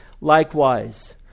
Likewise